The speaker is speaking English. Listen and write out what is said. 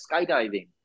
skydiving